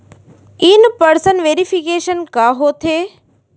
In person verification का होथे?